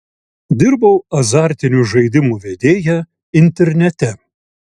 dirbau azartinių žaidimų vedėja internete